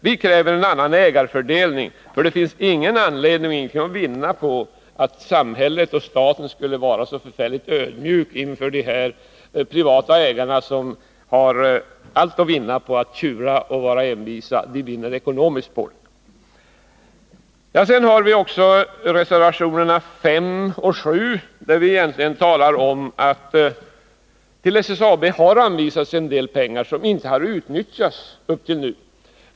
Vi kräver en annan ägarfördelning, för det finns ingenting att vinna på att staten skulle vara ödmjuk inför de privata ägarna som har ekonomisk fördel av att tjura och vara envisa. I reservationerna 5 och 7 talar vi om att till SSAB har anvisats en del pengar som inte har utnyttjats.